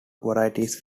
varieties